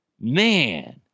Man